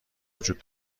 وجود